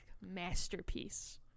masterpiece